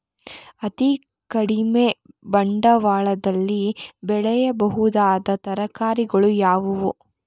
ಅತೀ ಕಡಿಮೆ ಬಂಡವಾಳದಲ್ಲಿ ಬೆಳೆಯಬಹುದಾದ ತರಕಾರಿಗಳು ಯಾವುವು?